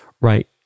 right